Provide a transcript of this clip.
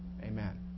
Amen